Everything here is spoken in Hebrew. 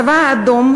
בצבא האדום